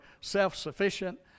self-sufficient